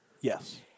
yes